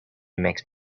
makes